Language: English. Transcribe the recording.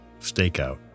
stakeout